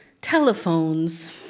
telephones